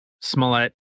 Smollett